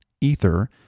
Ether